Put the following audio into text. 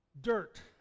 Dirt